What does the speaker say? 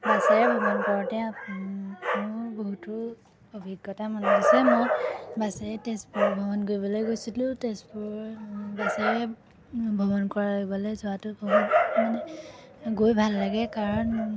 বাছেৰে ভ্ৰমণ কৰোঁতে মোৰ বহুতো অভিজ্ঞতা মনত আছে মই বাছেৰে তেজপুৰ ভ্ৰমণ কৰিবলৈ গৈছিলোঁ তেজপুৰ বাছেৰে ভ্ৰমণ কৰিবলৈ যোৱাটো বহুত মানে গৈ ভাল লাগে কাৰণ